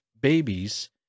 babies